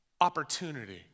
opportunity